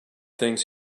things